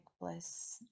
bliss